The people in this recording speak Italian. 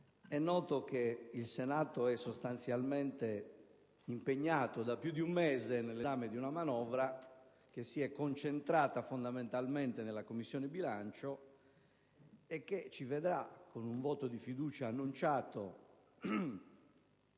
È noto che il Senato è impegnato da più di un mese nell'esame di una manovra, esame che si è concentrato fondamentalmente in Commissione bilancio e che ci vedrà, con un voto di fiducia annunciato,